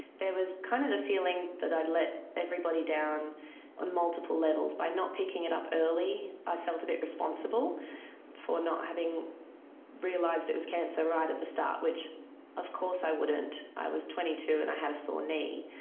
there was kind of the feeling that i'd let everybody down on multiple levels by not picking it up early. i felt a bit responsible for not having realised it was cancer right at the start, which of course i wouldn't, i was twenty two and i had a sore knee.